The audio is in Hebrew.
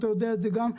אתה יודע את זה גם,